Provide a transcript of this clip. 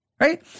right